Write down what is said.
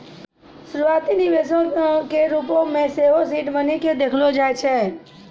शुरुआती निवेशो के रुपो मे सेहो सीड मनी के देखलो जाय छै